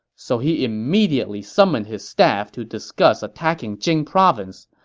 so he immediately summoned his staff to discuss attacking jing province.